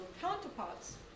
counterparts